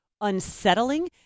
unsettling